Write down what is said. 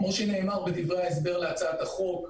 כפי שנאמר בדברי ההסבר להצעת החוק,